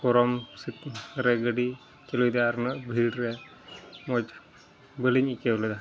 ᱜᱚᱨᱚᱢ ᱥᱤᱛᱩᱝᱨᱮ ᱜᱟᱹᱰᱤ ᱪᱟᱹᱞᱩᱭᱮᱫᱟᱭ ᱟᱨ ᱩᱱᱟᱹᱜ ᱵᱷᱤᱲᱨᱮ ᱢᱚᱡᱽᱵᱟᱹᱞᱤᱧ ᱟᱹᱭᱠᱟᱹᱣᱞᱮᱫᱟ